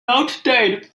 outdated